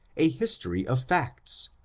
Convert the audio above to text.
a history of facts,